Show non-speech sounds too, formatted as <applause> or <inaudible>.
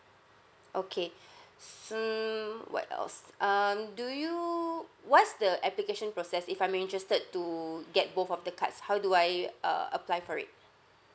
okay <breath> s~ mm what else um do you what's the application process if I'm interested to get both of the cards how do I uh apply for it <breath>